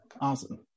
awesome